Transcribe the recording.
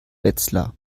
wetzlar